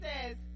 says